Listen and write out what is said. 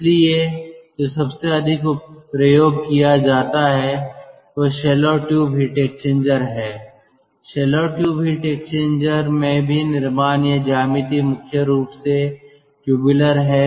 इसलिए जो सबसे अधिक प्रयोग किया जाता है वह शेल और ट्यूब हीट एक्सचेंजर है शेल और ट्यूब हीट एक्सचेंजर में भी निर्माण या ज्यामिति मुख्य रूप से ट्यूबलर है